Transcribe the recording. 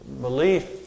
belief